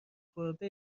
خورده